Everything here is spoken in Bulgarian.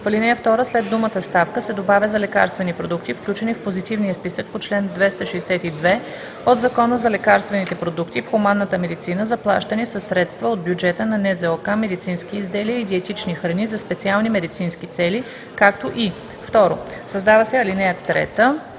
В ал. 2 след думата „ставка“ се добавя „за лекарствени продукти, включени в позитивния списък по чл. 262 от Закона за лекарствените продукти в хуманната медицина, заплащани със средства от бюджета на НЗОК, медицински изделия и диетични храни за специални медицински цели, както и“. 2. Създава се ал. 3: